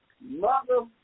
Mother